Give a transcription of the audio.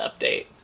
update